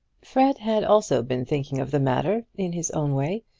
fred had also been thinking of the matter in his own way,